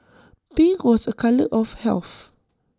pink was A colour of health